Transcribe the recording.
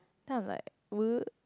then I'm like what